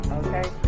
okay